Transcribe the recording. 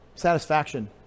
satisfaction